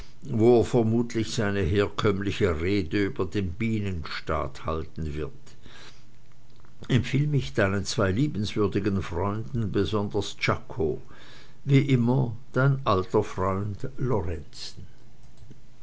wo er mutmaßlich seine herkömmliche rede über den bienenstaat halten wird empfiehl mich deinen zwei liebenswürdigen freunden besonders czako wie immer dein alter freund lorenzen